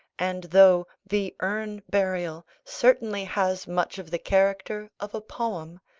and though the urn-burial certainly has much of the character of a poem,